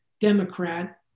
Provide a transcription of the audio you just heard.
Democrat